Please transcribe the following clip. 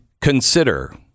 consider